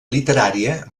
literària